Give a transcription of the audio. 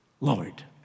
Lord